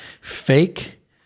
fake